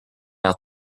out